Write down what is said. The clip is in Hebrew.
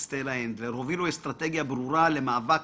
סטלה הנדלר הובילו אסטרטגיה ברורה למאבק